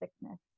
sickness